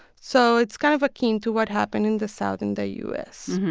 so it's kind of akin to what happened in the south in the u s.